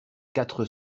quatre